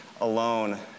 alone